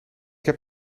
heb